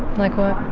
like what?